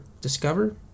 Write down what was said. discover